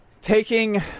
taking